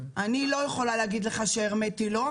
אני לא יכולה להגיד לך הרמטית שלא,